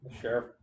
Sheriff